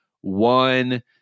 one